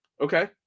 Okay